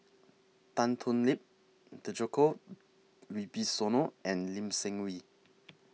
Tan Thoon Lip Djoko Wibisono and Lee Seng Wee